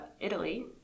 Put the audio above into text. Italy